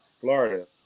Florida